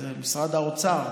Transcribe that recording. וזה משרד האוצר,